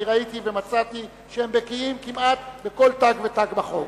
ואני ראיתי ומצאתי שהם בקיאים כמעט בכל תג ותג בחוק.